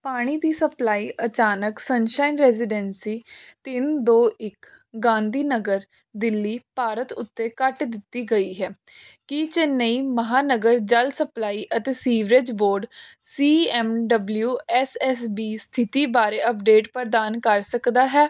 ਪਾਣੀ ਦੀ ਸਪਲਾਈ ਅਚਾਨਕ ਸਨਸ਼ਾਈਨ ਰੈਜ਼ੀਡੈਂਸੀ ਤਿੰਨ ਦੋ ਇੱਕ ਗਾਂਧੀ ਨਗਰ ਦਿੱਲੀ ਭਾਰਤ ਉਤੇ ਕੱਟ ਦਿੱਤੀ ਗਈ ਹੈ ਕੀ ਚੇਨਈ ਮਹਾਂਨਗਰ ਜਲ ਸਪਲਾਈ ਅਤੇ sewerage board C M W S S B ਸਥਿਤੀ ਬਾਰੇ ਅੱਪਡੇਟ ਪ੍ਰਦਾਨ ਕਰ ਸਕਦਾ ਹੈ